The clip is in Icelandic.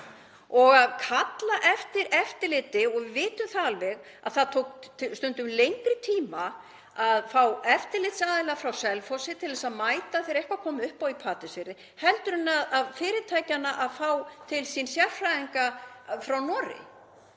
Og að kalla eftir eftirliti — við vitum það alveg að það tók stundum lengri tíma að fá eftirlitsaðila frá Selfossi til að mæta þegar eitthvað kom upp í Patreksfirði en það tók fyrirtækin að fá til sín sérfræðinga frá Noregi.